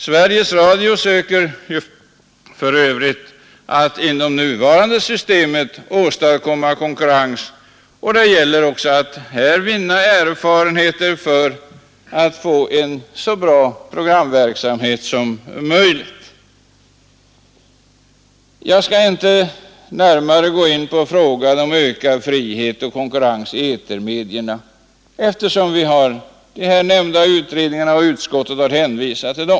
Sveriges Radio söker för Övrigt att inom det nuvarande systemet åstadkomma konkurrens, och det gäller också att här vinna erfarenheter för att få en så bra programverksamhet som möjligt. Jag skall inte gå närmare in på frågan om ökad frihet och konkurrens i etermedierna, eftersom vi har de här nämnda utredningarna och utskottet har hänvisat till dem.